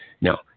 Now